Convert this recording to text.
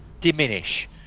diminish